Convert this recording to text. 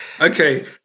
Okay